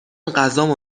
غذامو